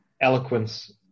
eloquence